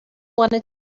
wanted